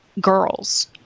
girls